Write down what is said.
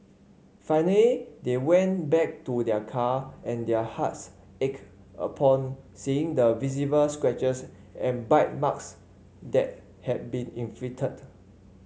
finally they went back to their car and their hearts ached upon seeing the visible scratches and bite marks that had been inflicted